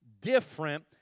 different